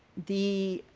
the